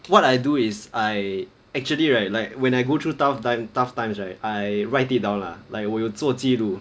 what I do is I actually right like when I go through tough time tough times right I write it down lah like 我有做记录